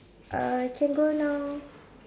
uh can go now